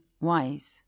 wise